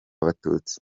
abatutsi